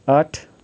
आठ